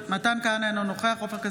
אינו נוכח בועז ביסמוט,